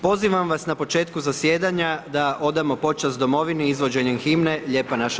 Pozivam vas na početku zasjedanja da odamo počast domovini izvođenjem himne Lijepa naša